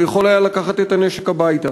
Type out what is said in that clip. והוא יכול היה לקחת את הנשק הביתה.